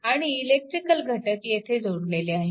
आणि इलेक्ट्रिकल घटक येथे जोडलेले आहेत